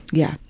yeah.